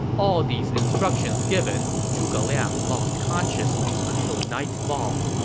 all these instructions given, zhuge liang lost consciousness until nightfall.